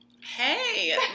Hey